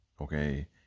okay